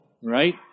Right